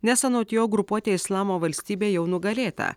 nes anot jo grupuotė islamo valstybė jau nugalėta